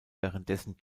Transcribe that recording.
währenddessen